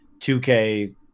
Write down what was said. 2K